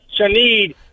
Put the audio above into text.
Shanid